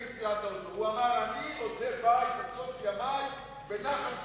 הוא אמר: אני רוצה בית עד סוף ימי בנחל-סיני.